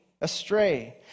astray